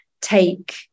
take